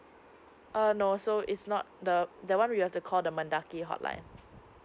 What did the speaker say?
uh no so it's not the that one we have to call the mendaki hotline